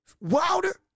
Wilder